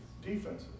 defensive